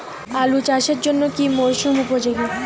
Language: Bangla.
আলু চাষের জন্য কি মরসুম উপযোগী?